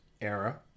era